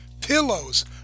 pillows